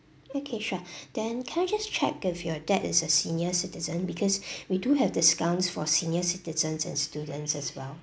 okay sure then can I just check if your dad is a senior citizen because we do have discounts for senior citizens and students as well